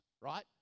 right